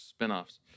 spinoffs